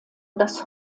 das